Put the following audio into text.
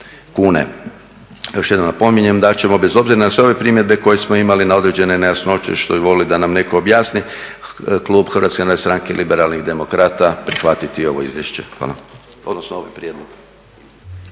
kune. Još jednom napominjem da ćemo bez obzira na sve ove primjedbe koje smo imali na određene nejasnoće što bi voljeli da nam netko objasni klub HNS-a liberalnih demokrata prihvatiti ovo izvješće…. Hvala. **Zgrebec,